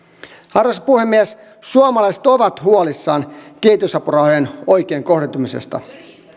arvoisa puhemies suomalaiset ovat huolissaan kehitysapurahojen oikein kohdentumisesta